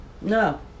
no